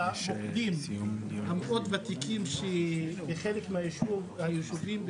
במיוחד במוקדים המאוד וותיקים שהם כחלק מהישובים,